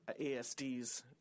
ASDs